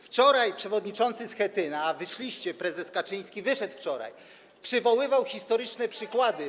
Wczoraj przewodniczący Schetyna - a wy wyszliście, prezes Kaczyński wyszedł wczoraj - przywoływał historyczne przykłady.